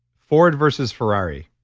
ford versus ferrari,